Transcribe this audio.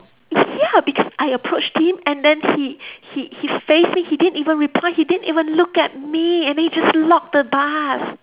ya because I approached him and then he he he face me he didn't even reply he didn't even look at me and then he just lock the bus